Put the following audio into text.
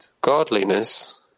godliness